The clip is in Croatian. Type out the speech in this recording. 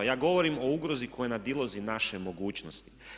Ja govorim o ugrozi koje nadilazi naše mogućnosti.